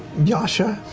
yasha,